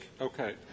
okay